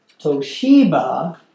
Toshiba